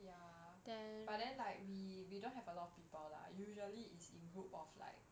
ya but then like we we don't have a lot of people lah usually is in group of like